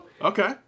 okay